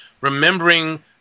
remembering